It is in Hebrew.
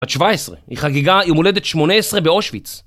בת שבע עשרה, היא חגגה יומולדת שמונה עשרה באושוויץ